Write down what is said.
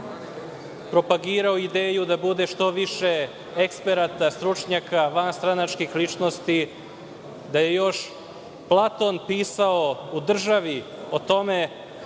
propagirao ideju da bude što više eksperata, stručnjaka i vanstranačkih ličnosti, da je još Platon pisao u „Državi“ o tome